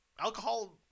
Alcohol